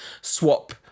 swap